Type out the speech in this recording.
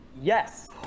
Yes